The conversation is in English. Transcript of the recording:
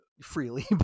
freely